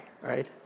right